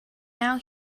now